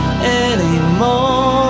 Anymore